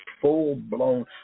full-blown